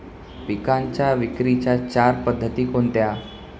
पिकांच्या विक्रीच्या चार पद्धती कोणत्या?